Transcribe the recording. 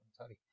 sorry